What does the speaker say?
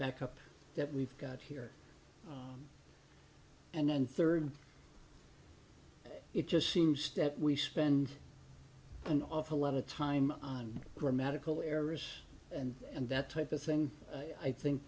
backup that we've got here and then third it just seems that we spend an awful lot of time on grammatical errors and and that type of thing i think